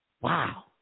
Wow